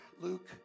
Luke